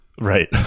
right